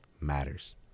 matters